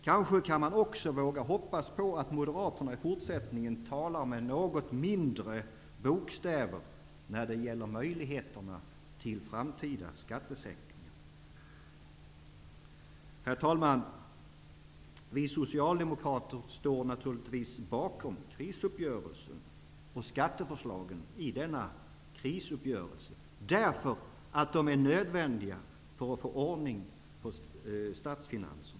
Man kan kanske också våga hoppas på att Moderaterna i fortsättningen talar med något mindre bokstäver när det gäller möjligheterna till framtida skattesänkningar. Herr talman! Vi Socialdemokrater står naturligtis bakom krisuppgörelsen och skatteförslagen i denna, därför att de är nödvändiga för att man skall få ordning på statsfinanserna.